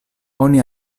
oni